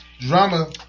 Drama